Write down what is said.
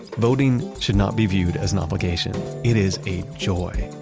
voting should not be viewed as an obligation. it is a joy,